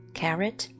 carrot